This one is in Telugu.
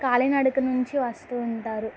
కాలినడక నుంచి వస్తూ ఉంటారు